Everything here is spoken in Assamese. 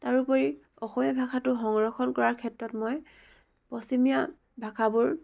তাৰোপৰি অসমীয়া ভাষাটো সংৰক্ষণ কৰাৰ ক্ষেত্ৰত মই পশ্চিমীয়া ভাষাবোৰ